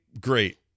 great